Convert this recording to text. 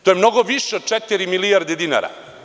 To je mnogo više od četiri milijarde dinara.